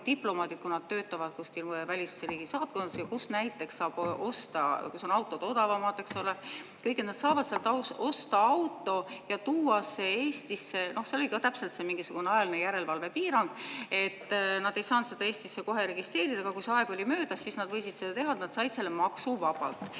diplomaadid, kui nad töötavad kuskil välisriigi saatkonnas, kus näiteks saab osta, kus on autod odavamad. Nad saavad sealt osta auto ja tuua selle Eestisse – seal oli ka täpselt mingisugune ajaline järelevalve piirang, et nad ei saanud seda Eestisse kohe registreerida, aga kui see aeg oli möödas, siis nad võisid seda teha, nad said selle maksuvabalt.